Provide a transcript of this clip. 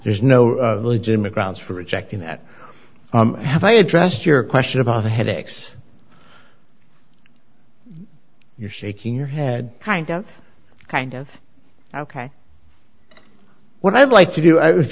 there's no legitimate grounds for rejecting that have i addressed your question about the headaches you're shaking your head kind of kind of ok what i'd like to do if